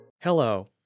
Hello